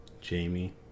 Jamie